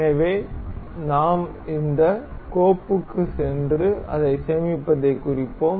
எனவே நாம் இந்த கோப்புக்குச் சென்று அதை சேமிப்பதைக் குறிப்போம்